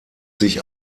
sich